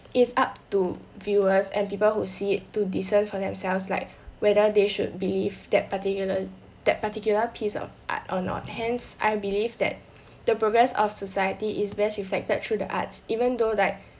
it's up to viewers and people who see it to discern for themselves like whether they should believe that particular that particular piece of art or not hence I believe that the progress of society is best reflected through the arts even though like